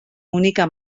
única